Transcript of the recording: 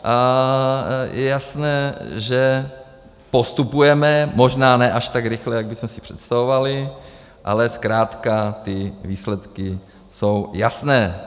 A je jasné, že postupujeme možná ne až tak rychle, jak bychom si představovali, ale zkrátka výsledky jsou jasné.